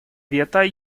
вето